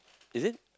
is it